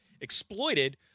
exploited